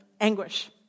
anguish